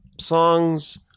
songs